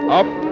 up